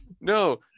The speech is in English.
No